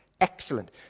excellent